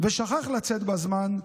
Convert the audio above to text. ושכח לצאת בזמן,